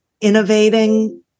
innovating